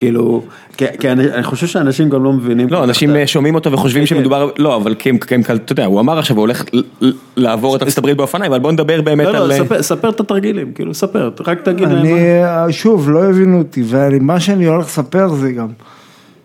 כאילו, כי, כי אני, אני חושב שאנשים גם לא מבינים... לא, אנשים שומעים אותו וחושבים שמדובר, לא, אבל כי הם, אתה יודע, הוא אמר עכשיו, הוא הולך לעבור את ארצות הברית באופניים, אבל בוא נדבר באמת, לא לא, ספר את התרגילים, כאילו, ספר, רק תגיד, אני, שוב, לא הבינו אותי, ומה שאני הולך לספר זה גם...